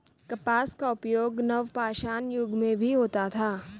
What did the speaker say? कपास का उपयोग नवपाषाण युग में भी होता था